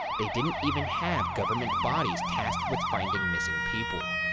they didn't even have government bodies tasked with finding missing people.